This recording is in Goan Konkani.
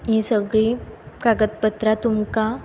ती सगळी कागद पत्रां तुमकां